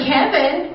Kevin